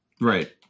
Right